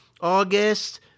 August